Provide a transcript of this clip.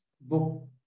book